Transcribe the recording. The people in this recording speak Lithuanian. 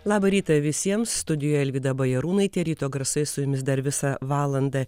labą rytą visiems studijoje alvyda bajarūnaitė ryto garsai su jumis dar visą valandą